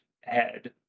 head